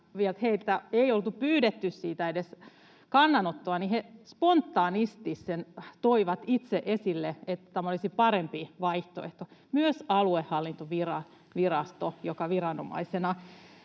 ei heiltä vielä oltu edes pyydetty kannanottoa, he spontaanisti sen toivat itse esille, että tämä olisi parempi vaihtoehto — myös aluehallintovirasto, joka viranomaisena